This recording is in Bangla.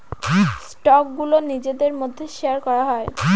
স্টকগুলো নিজেদের মধ্যে শেয়ার করা হয়